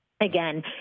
Again